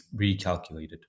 recalculated